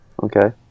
Okay